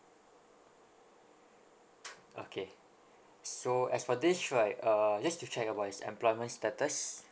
okay so as for this right uh just to check about his employment status